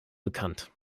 bekannt